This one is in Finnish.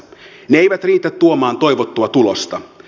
ne eivät riitä tuomaan toivottua tulosta